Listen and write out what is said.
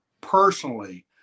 personally